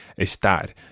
estar